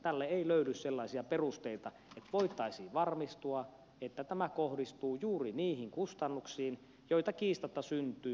tälle ei löydy sellaisia perusteita että voitaisiin varmistua että tämä kohdistuu juuri niihin kustannuksiin joita kiistatta syntyy